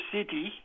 City